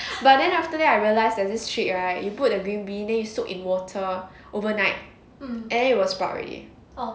but then after that I realize that this trick right you put the green bean then you soak in water overnight and it will spout already